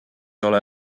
ole